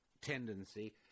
tendency